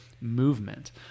movement